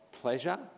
pleasure